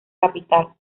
capital